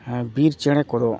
ᱦᱮᱸ ᱵᱤᱨ ᱪᱮᱬᱮ ᱠᱚᱫᱚ